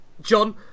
John